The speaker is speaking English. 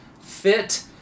fit